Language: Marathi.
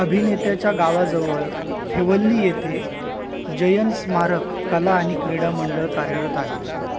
अभिनेत्याच्या गावाजवळ थेवल्ली येथे जैन स्मारक कला आणि क्रीडा मंडळ कार्यरत आहे